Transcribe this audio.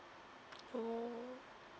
oh